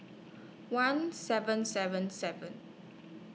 one seven seven seven